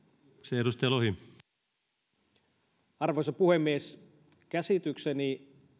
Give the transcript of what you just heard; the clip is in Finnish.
arvoisa puhemies käsitykseni